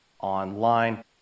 online